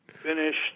Finished